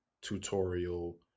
tutorial